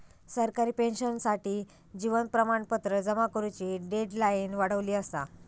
सरकारी पेंशनर्ससाठी जीवन प्रमाणपत्र जमा करुची डेडलाईन वाढवली असा